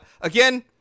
again